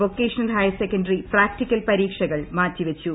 vocational higher secondary practical പരീക്ഷകൾ മാറ്റിവച്ചു